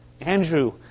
Andrew